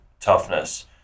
toughness